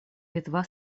литва